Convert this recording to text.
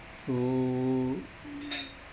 so